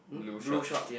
blue shorts